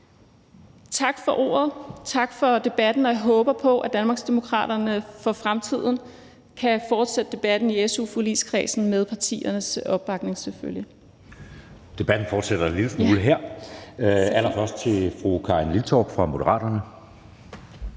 Tak for ordet, tak for debatten. Jeg håber på, at Danmarksdemokraterne for fremtiden kan fortsætte debatten i su-forligskredsen, med partiernes opbakning selvfølgelig.